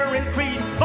increase